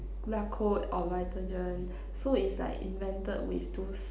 Yakult or Vitagen so is like invented with those